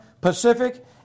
Pacific